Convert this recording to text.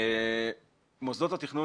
מוסדות התכנון